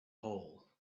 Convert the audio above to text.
whole